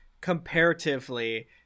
comparatively